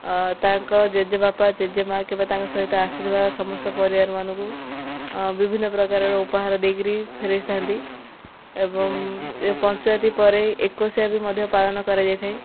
ତାଙ୍କ ଜେଜେବାପା ଜେଜେମା କିମ୍ବା ତାଙ୍କ ସହିତ ଆସିଥିବା ସମସ୍ତ ପରିବାରମାନଙ୍କୁ ବିଭିନ୍ନ ପ୍ରକାରର ଉପହାର ଦେଇକିରି ଫେରେଇଥାନ୍ତି ଏବଂ ପଞ୍ଚୁଆତି ପରେ ଏକୋଇଶିଆ ବି ମଧ୍ୟ ପାଳନ କରାଯାଇଥାଏ